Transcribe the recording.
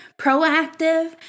proactive